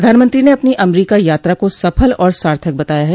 प्रधानमंत्री ने अपनी अमरीका यात्रा को सफल और सार्थक बताया है